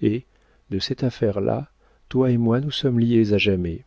et de cette affaire-là toi et moi nous sommes liés à jamais